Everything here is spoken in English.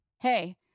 hey